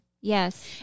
Yes